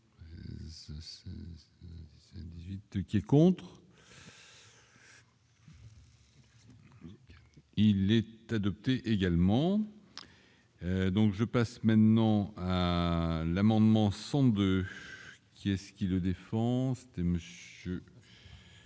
qui est contre. Il est adopté également, donc je passe maintenant à l'amendement 100 qui est-ce qui le défend monsieur.